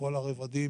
מכל הרבדים,